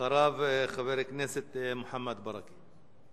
אחריו, חבר הכנסת מוחמד ברכה.